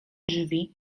drzwi